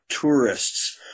tourists